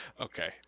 Okay